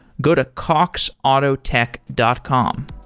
go to coxautotech dot com.